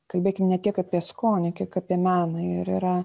kalbėkim ne tiek apie skonį kiek apie meną ir yra